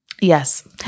Yes